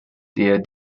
der